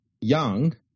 young